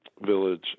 village